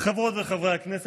חברי הכנסת,